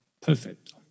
Perfect